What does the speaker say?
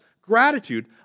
gratitude